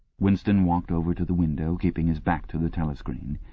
winston walked over to the window, keeping his back to the telescreen.